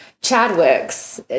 chadwick's